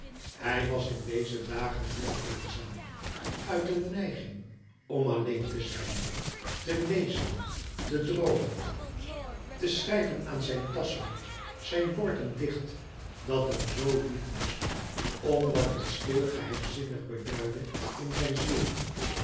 hij was in deze dagen heel eenzaam uit een neiging om alleen te zijn te lezen te louis couperus metamorfoze droomen te schrijven aan zijn tasso zijn wordend dicht dat hem zoo lief was om wat het stil geheimzinnig beduidde in zijn ziel